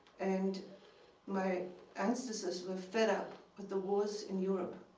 and my ancestors were fed up with the wars in europe.